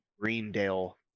Greendale